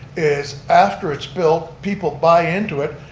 is after it's built, people buy into it,